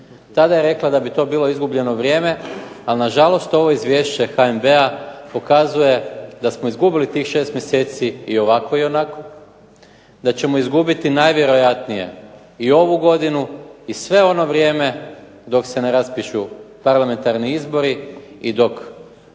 Tada je rekla da bi to bilo izgubljeno vrijeme, ali nažalost ovo izvješće HNB-a pokazuje da smo izgubili tih 6 mjeseci i ovako i onako. Da ćemo izgubiti najvjerojatnije i ovu godinu i sve ono vrijeme dok se ne raspišu parlamentarni izbori i dok